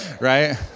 right